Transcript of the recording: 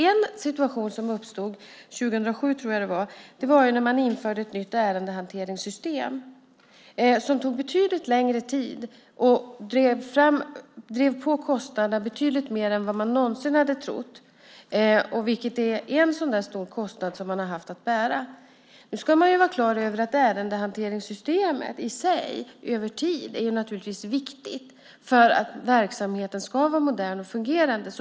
En situation som uppstod - 2007 tror jag det var - var när man införde ett nytt ärendehanteringssystem som tog betydligt längre tid och drev på kostnaderna betydligt mer än vad man någonsin hade trott. Det är en stor kostnad som man har haft att bära. Nu ska man vara klar över att ärendehanteringssystemet i sig över tid naturligtvis är viktigt för att verksamheten ska vara modern och fungerande.